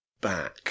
back